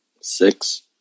Six